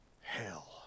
Hell